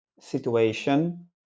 situation